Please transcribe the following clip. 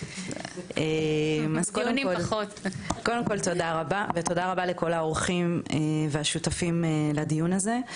אז תודה רבה לך ולכל האורחים והשותפים לדיון הזה.